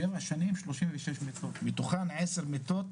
שבע שנים שלושים ושש מיטות, מתוכן עשר מיטות